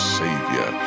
savior